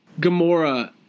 Gamora